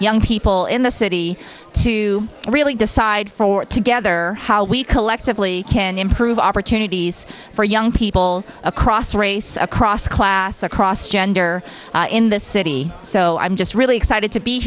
young people in the city to really decide for together how we collectively can improve opportunities for young people across race across class across gender in this city so i'm just really excited to be